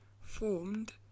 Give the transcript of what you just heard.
formed